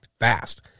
fast